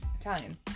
Italian